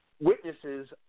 witnesses